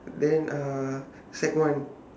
then uh sec one